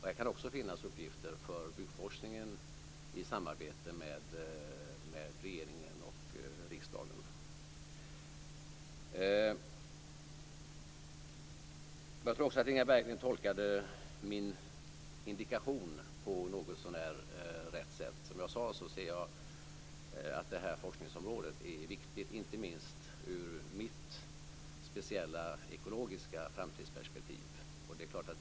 Här kan också finnas uppgifter för byggforskningen i samarbete med regeringen och riksdagen. Inga Berggren tolkade min indikation något så när rätt. Jag ser att forskningsområdet är viktigt, inte minst ur mitt ekologiska framtidsperspektiv.